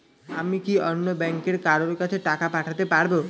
আমি কি অন্য ব্যাংকের কারো কাছে টাকা পাঠাতে পারেব?